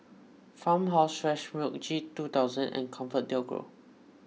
Farmhouse Fresh Milk G two thousand and ComfortDelGro